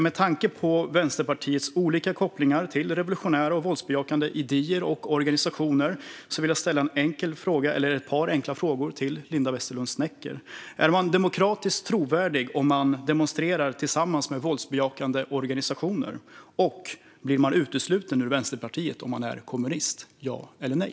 Med tanke på Vänsterpartiets olika kopplingar till revolutionära och våldsbejakande idéer och organisationer vill jag ställa ett par enkla frågor till Linda Westerlund Snecker. Är man demokratiskt trovärdig om man demonstrerar tillsammans med våldsbejakande organisationer? Och blir man utesluten ur Vänsterpartiet om man är kommunist? Ja eller nej?